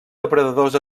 depredadors